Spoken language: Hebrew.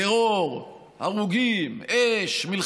טרור, הרוגים, אש, רק בשביל הסקרנות.